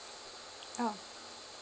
oh